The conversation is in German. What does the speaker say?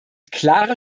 klare